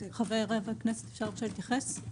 בבקשה.